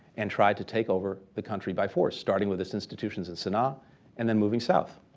and tried to take over the country by force, starting with its institutions in sana'a and then moving south.